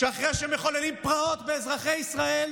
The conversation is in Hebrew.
שאחרי שמחוללים פרעות באזרחי ישראל,